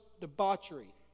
debauchery